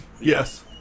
Yes